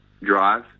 drive